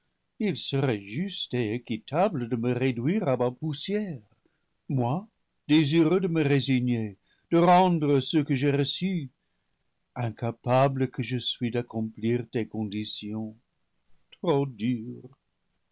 il serait juste et équitable de me réduire à ma poussière moi désireux de me résigner de rendre ce que j'ai reçu incapable que je suis d'accomplir tes